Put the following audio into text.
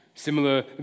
Similar